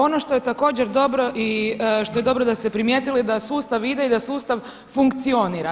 Ono što je također dobro i što je dobro da ste primijetili da sustav ide i da sustav funkcionira.